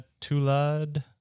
Tulad